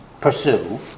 pursue